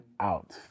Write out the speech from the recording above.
out